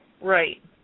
Right